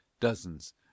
Dozens